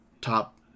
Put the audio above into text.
top